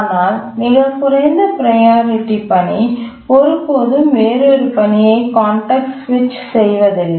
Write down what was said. ஆனால் மிகக் குறைந்த ப்ரையாரிட்டி பணி ஒருபோதும் வேறொரு பணியை கான்டெக்ஸ்ட் சுவிட்ச் செய்வதில்லை